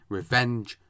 revenge